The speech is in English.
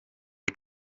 are